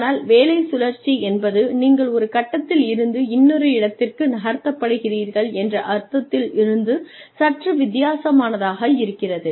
ஆனால் வேலை சுழற்சி என்பது நீங்கள் ஒரு கட்டத்தில் இருந்து இன்னொரு இடத்திற்கு நகர்த்தப்படுகிறீர்கள் என்ற அர்த்தத்தில் இருந்து சற்று வித்தியாசமானதாக இருக்கிறது